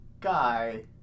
guy